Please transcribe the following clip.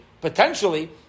Potentially